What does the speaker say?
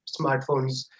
smartphones